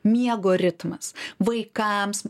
miego ritmas vaikams